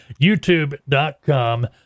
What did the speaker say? youtube.com